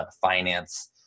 finance